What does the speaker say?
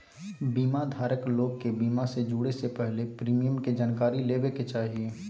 बीमा धारक लोग के बीमा से जुड़े से पहले प्रीमियम के जानकारी लेबे के चाही